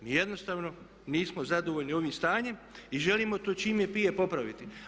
Mi jednostavno nismo zadovoljni ovim stanjem i želimo to čim prije popraviti.